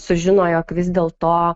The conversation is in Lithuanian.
sužino jog vis dėl to